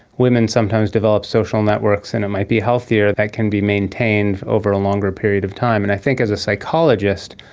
women sometimes develop social networks that and might be healthier, that can be maintained over a longer period of time. and i think as a psychologist,